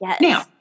Now